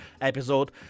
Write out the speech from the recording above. episode